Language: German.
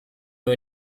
nur